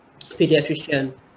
pediatrician